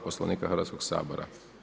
Poslovnika Hrvatskoga sabora.